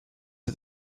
for